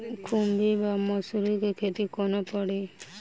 खुम्भी वा मसरू केँ खेती कोना कड़ी?